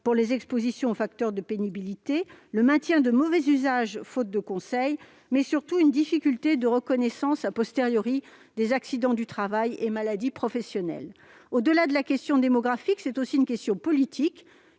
pour les expositions aux facteurs de pénibilité, le maintien de mauvais usages faute de conseil, mais, surtout, une difficulté de reconnaissance des accidents du travail et maladies professionnelles. Au-delà de la question démographique, c'est aussi une question politique